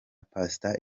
pastor